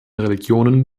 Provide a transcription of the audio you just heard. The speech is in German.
religionen